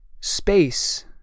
space